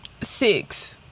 six